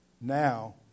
now